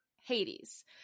Hades